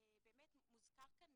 באמת מוזכר כאן